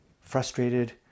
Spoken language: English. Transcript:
frustrated